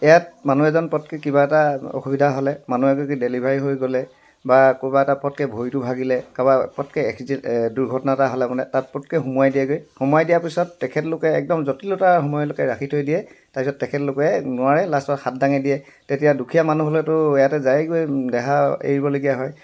ইয়াত মানুহ এজন পটককৈ কিবা এটা অসুবিধা হ'লে মানুহ এগৰাকী ডেলিভাৰী হৈ গ'লে বা ক'ৰবাত এ পটককৈ ভৰিটো ভাগিলে কাৰোবাৰ পটককৈ এক্সিডেণ্ট দুৰ্ঘটনা এটা হ'লে মানে তাত পটককৈ সোমোৱাই দিয়েগৈ সোমোৱাই দিয়াৰ পিছত তেখেতলোকে একদম জটিলতা সময়লৈকে ৰাখি থৈ দিয়ে তাৰপিছত তেখেতলোকে নোৱাৰে লাষ্টত হাত দাঙি দিয়ে তেতিয়া দুখীয়া মানুহ হ'লেতো ইয়াতে যায়েগৈ দেহা এৰিবলগীয়া হয়